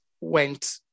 went